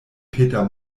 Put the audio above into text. peter